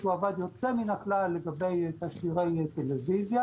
הוא עבד יוצא מהכלל לגבי מכשירי טלוויזיה,